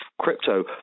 crypto